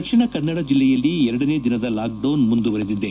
ದಕ್ಷಿಣ ಕನ್ನಡ ಜಿಲ್ಲೆಯಲ್ಲಿ ಎರಡನೇ ದಿನದ ಲಾಕ್ಡೌನ್ ಮುಂದುವರಿದಿದೆ